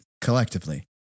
collectively